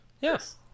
yes